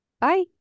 Bye